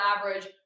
average